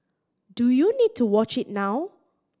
do you need to watch it now